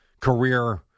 career